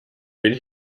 wenig